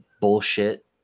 bullshit